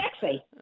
Sexy